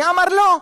מי אמר לא?